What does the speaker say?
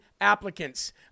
applicants